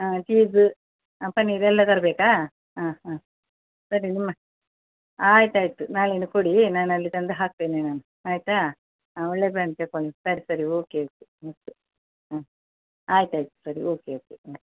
ಹಾಂ ಚೀಸು ಹಾಂ ಪನ್ನೀರ್ ಎಲ್ಲ ತರಬೇಕಾ ಹಾಂ ಹಾಂ ಸರಿ ನಿಮ್ಮ ಆಯ್ತು ಆಯಿತು ನಾಳೆಯಿಂದ ಕೊಡಿ ನಾನು ಅಲ್ಲಿ ತಂದು ಹಾಕ್ತೇನೆ ನಾನು ಆಯ್ತಾ ಹಾಂ ಒಳ್ಳೆ ಬ್ರಾಂಡ್ ತಗೊಳ್ಳಿ ಸರ್ ಸರಿ ಓಕೆ ಓಕೆ ಆಯ್ತು ಆಯ್ತು ಸರಿ ಓಕೆ ಆಯಿತು ಹಾಂ